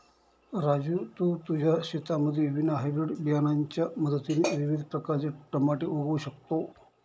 राजू तू तुझ्या शेतामध्ये विना हायब्रीड बियाणांच्या मदतीने विविध प्रकारचे टमाटे उगवू शकतो